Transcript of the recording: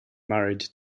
married